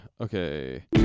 Okay